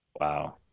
wow